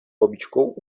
babičkou